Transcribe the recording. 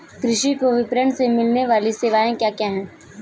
कृषि को विपणन से मिलने वाली सेवाएँ क्या क्या है